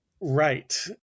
right